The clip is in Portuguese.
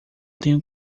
tenho